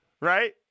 right